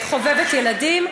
חובבת ילדים.